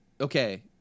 Okay